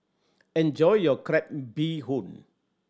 enjoy your crab bee hoon